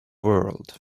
world